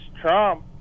Trump